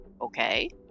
okay